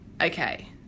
Okay